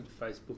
Facebook